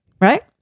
right